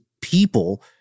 people